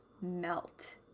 melt